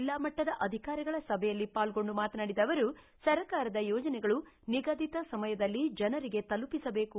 ಜಿಲ್ಲಾ ಮಟ್ಟದ ಅಧಿಕಾರಿಗಳ ಸಭೆಯಲ್ಲಿ ಪಾಲ್ಗೊಂಡು ಮಾತನಾಡಿದ ಅವರು ಸರ್ಕಾರದ ಯೋಜನೆಗಳು ನಿಗದಿತ ಸಮಯದಲ್ಲಿ ಜನರಿಗೆ ತಲುಪಿಸಬೇಕು